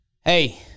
hey